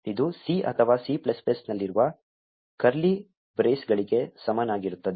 ಇದು C ಅಥವಾ C ನಲ್ಲಿರುವ ಕರ್ಲಿ ಬ್ರೇಸ್ಗಳಿಗೆ ಸಮನಾಗಿರುತ್ತದೆ